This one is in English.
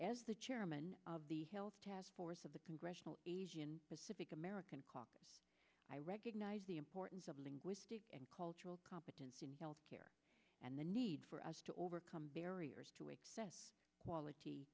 as the chairman of the health taskforce of the congressional asian pacific american caucus i recognize the importance of linguistic and cultural competence in health care and the need for us to overcome barriers to a quality